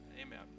Amen